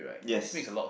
yes